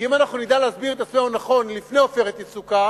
כי אם אנחנו נדע להסביר את עצמנו נכון לפני "עופרת יצוקה",